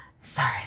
Sorry